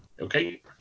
Okay